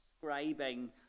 describing